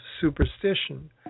superstition